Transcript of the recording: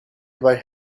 about